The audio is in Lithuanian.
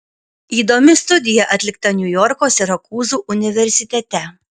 įdomi studija atlikta niujorko sirakūzų universitete